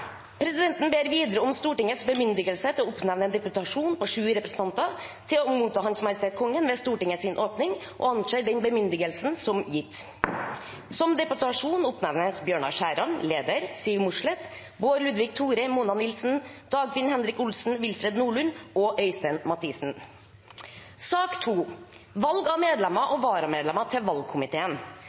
Presidenten ber videre om Stortingets bemyndigelse til å oppnevne en deputasjon på sju representanter til å motta Hans Majestet Kongen ved Stortingets åpning – og anser også den bemyndigelsen for gitt. Som deputasjon oppnevnes Bjørnar Skjæran, leder, Siv Mossleth, Bård Ludvig Thorheim, Mona Nilsen, Dagfinn Henrik Olsen, Willfred Nordlund og Øystein Mathisen.